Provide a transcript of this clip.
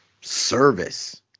service